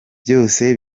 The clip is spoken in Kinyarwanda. byose